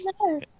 No